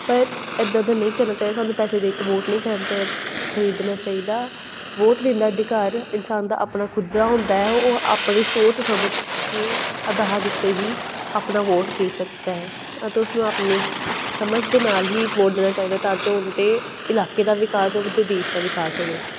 ਪਰ ਇੱਦਾਂ ਦਾ ਨਹੀਂ ਕਰਨਾ ਚਾਹੀਦਾ ਸਾਨੂੰ ਪੈਸੇ ਦੇ ਕੇ ਵੋਟ ਨਹੀਂ ਖਰਿਦਣਾ ਚਾਹਿਦਾ ਖਰੀਦਣਾ ਚਾਈਦਾ ਵੋਟ ਦੇਣ ਦਾ ਅਧਿਕਾਰ ਇਨਸਾਨ ਦਾ ਆਪਣਾ ਖੁਦ ਦਾ ਹੁੰਦਾ ਹੈ ਉਹ ਆਪਣੀ ਸੋਚ ਸਮਝ ਕੇ ਆਧਾਰ ਉੱਤੇ ਹੀ ਆਪਣਾ ਵੋਟ ਦੇ ਸਕਦਾ ਹੈ ਅਤੇ ਉਸਨੂੰ ਆਪਣੇ ਸਮਝ ਦੇ ਨਾਲ ਹੀ ਵੋਟ ਦੇਣਾ ਚਾਈਦਾ ਹੈ ਤਾਂ ਜੋ ਉਹਨਾਂ ਦੇ ਇਲਾਕੇ ਦਾ ਵਿਕਾਸ ਹੋਵੇ ਅਤੇ ਦੇਸ਼ ਦਾ ਵਿਕਾਸ ਹੋਵੇ